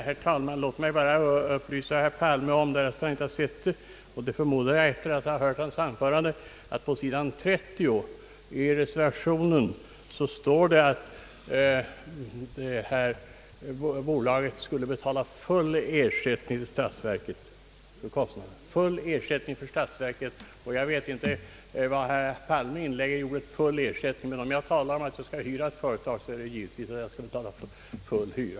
Herr talman! Låt mig bara upplysa herr Palme — därest han inte har sett det, och detta förmodar jag efter att ha hört hans anförande — att det i reservationen står, på sid. 30 i statsutskottets utlåtande, att bolaget skulle betala »full ersättning till televerket». Jag vet inte vad herr Palme inlägger i uttrycket »full ersättning», men om jag tänker mig att hyra någonting är det givetvis min mening att betala full hyra.